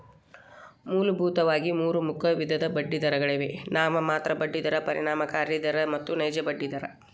ಮೂಲಭೂತವಾಗಿ ಮೂರು ಮುಖ್ಯ ವಿಧದ ಬಡ್ಡಿದರಗಳಿವೆ ನಾಮಮಾತ್ರ ಬಡ್ಡಿ ದರ, ಪರಿಣಾಮಕಾರಿ ದರ ಮತ್ತು ನೈಜ ಬಡ್ಡಿ ದರ